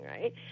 right